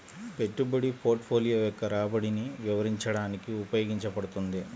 పెట్టుబడి పోర్ట్ఫోలియో యొక్క రాబడిని వివరించడానికి ఉపయోగించబడుతుంది